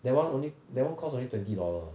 that one only that one cost only twenty dollar